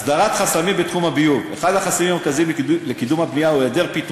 הסדרת חסמים בתחום הביוב: אחד החסמים המרכזיים לקידום הבנייה